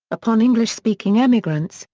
upon english-speaking emigrants,